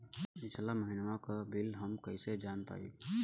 पिछला महिनवा क बिल हम कईसे जान पाइब?